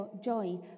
joy